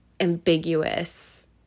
ambiguous